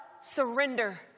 surrender